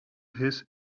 his